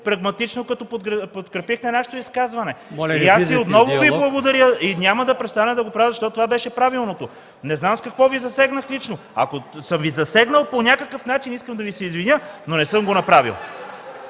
не влизайте в диалог! СТАНИСЛАВ ИВАНОВ: И аз отново Ви благодаря и няма да престана да го правя, защото това беше правилното. Не знам с какво Ви засегнах лично. Ако съм Ви засегнал по някакъв начин искам да Ви се извиня, но не съм го направил.